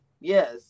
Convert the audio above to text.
yes